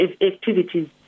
activities